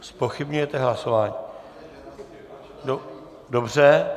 Zpochybňujete hlasování, dobře.